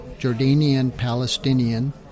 Jordanian-Palestinian